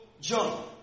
John